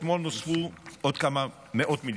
ואתמול נוספו עוד כמה מאות מיליונים,